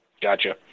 Gotcha